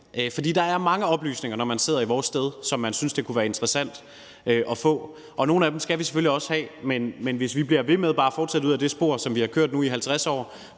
For der er mange oplysninger, når man sidder i vores sted, som man synes det kunne være interessant at få, og nogle af dem skal vi selvfølgelig også have, men hvis vi bliver ved med bare at fortsætte ud ad det spor, som vi har kørt i nu 50 år,